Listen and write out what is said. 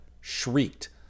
shrieked